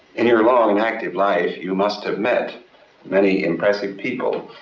in your long and active life you must have met many impressive people.